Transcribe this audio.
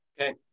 Okay